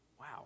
Wow